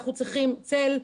אנחנו צריכים צל,